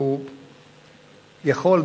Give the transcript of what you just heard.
והוא יכול,